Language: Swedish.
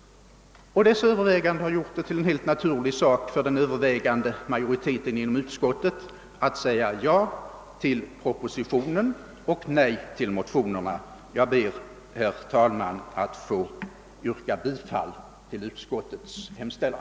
Dessa överväganden har gjort det till helt naturlig sak för den överväldigande majoriteten inom utskottet att säga ja till propositionen och nej till motionerna. Jag ber, herr talman, att få yrka bifall till utskottets hemställan.